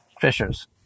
Fisher's